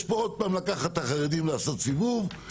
יש פה עוד פעם לקחת את החרדים, לעשות סיבוב אל"ף,